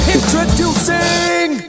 Introducing